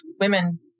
women